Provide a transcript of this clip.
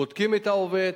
בודקים את העובד,